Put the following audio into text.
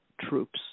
troops